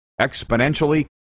exponentially